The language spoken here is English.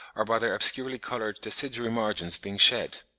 or by their obscurely-coloured deciduary margins being shed.